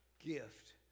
gift